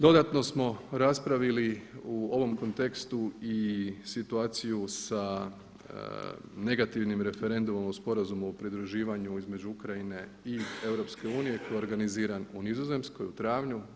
Dodatno smo raspravili u ovom kontekstu i situaciju sa negativnim referendumom o Sporazumu o pridruživanju između Ukrajine i EU koji je organiziran u Nizozemskoj u travnju.